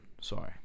Sorry